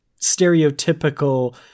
stereotypical